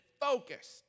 focused